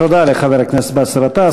תודה לחבר הכנסת באסל גטאס.